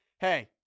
hey